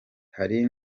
hari